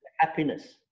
Happiness